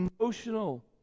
emotional